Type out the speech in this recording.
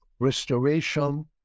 Restoration